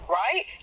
right